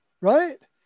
Right